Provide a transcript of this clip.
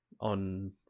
on